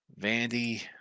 Vandy